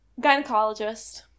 gynecologist